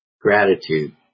gratitude